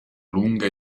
lunga